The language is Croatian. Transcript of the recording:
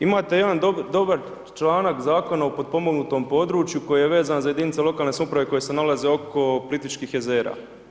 Imate jedan dobar članak Zakona o potpomognutom području koji je vezan za jedinice lokalne samouprave koji se nalazi oko Plitvičkih jezera.